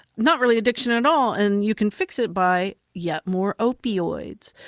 not really addiction at all, and you can fix it by yet more opioids.